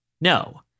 No